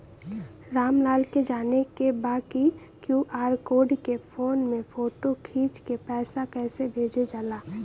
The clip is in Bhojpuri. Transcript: राम लाल के जाने के बा की क्यू.आर कोड के फोन में फोटो खींच के पैसा कैसे भेजे जाला?